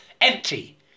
Empty